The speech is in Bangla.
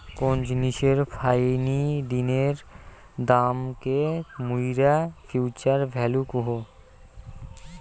কোন জিনিসের ফাইনি দিনের দামকে মুইরা ফিউচার ভ্যালু কহু